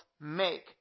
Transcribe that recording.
make